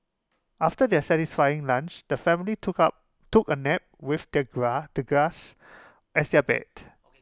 after their satisfying lunch the family took out took A nap with the the grass as their bed